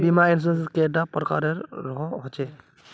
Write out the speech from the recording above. बीमा इंश्योरेंस कैडा प्रकारेर रेर होचे